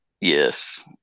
yes